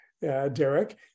Derek